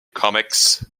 comics